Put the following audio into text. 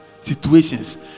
Situations